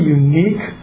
unique